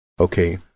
Okay